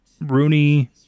Rooney